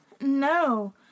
No